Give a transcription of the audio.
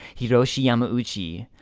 hiroshi yamauchi.